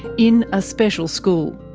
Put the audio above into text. in a special school.